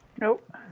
Nope